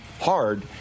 hard